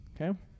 Okay